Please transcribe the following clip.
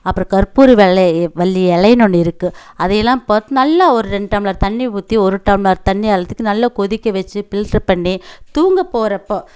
அப்புறம் கற்பூர வெல்லை வல்லி இலேனு ஒன்று இருக்குது அதையெல்லாம் போட்டு நல்லா ஒரு ரெண்டு டம்ளர் தண்ணி ஊற்றி ஒரு டம்ளர் தண்ணியளத்திக்கு நல்லா கொதிக்க வச்சு பில்டர் பண்ணி தூங்கப் போகிறப்போ